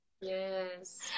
yes